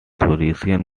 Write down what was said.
authoritarian